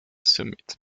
summit